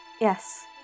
Yes